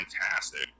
fantastic